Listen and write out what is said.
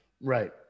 Right